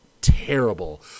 terrible